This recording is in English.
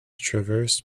traversed